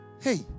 Hey